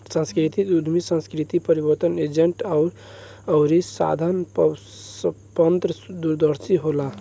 सांस्कृतिक उद्यमी सांस्कृतिक परिवर्तन एजेंट अउरी साधन संपन्न दूरदर्शी होला